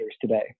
today